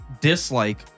dislike